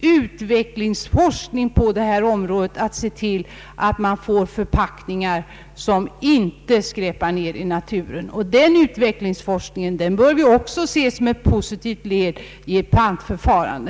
utvecklingsforskning på det här området i syfte att få fram förpackningar som inte skräpar ned i naturen. En sådan forskning bör vi också se som någonting positivt när det gäller att få fram ett pantförfarande.